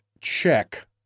check